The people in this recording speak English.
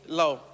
low